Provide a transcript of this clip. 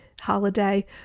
holiday